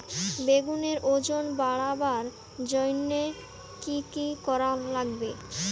বেগুনের ওজন বাড়াবার জইন্যে কি কি করা লাগবে?